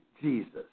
Jesus